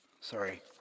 Sorry